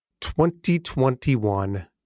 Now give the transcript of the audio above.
2021